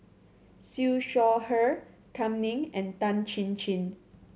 Siew Shaw Her Kam Ning and Tan Chin Chin